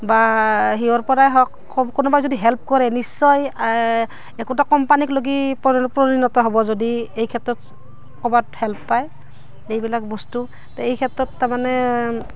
বা সিহৰ পৰাই হওক কোনোবাই যদি হেল্প কৰে নিশ্চয় একোটা কোম্পানীক ল'গি পৰ পৰি পৰিণত হ'ব যদি এই ক্ষেত্ৰত ক'ৰবাত হেল্প পায় এইবিলাক বস্তু তে এই ক্ষেত্ৰত তাৰমানে